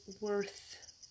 worth